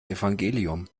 evangelium